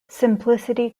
simplicity